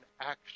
action